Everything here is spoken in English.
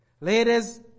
Ladies